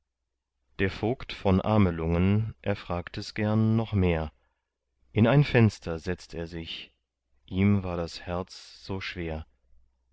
der vogt von amelungen erfragt es gern noch mehr in ein fenster setzt er sich ihm war das herz so schwer